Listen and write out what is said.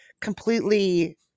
completely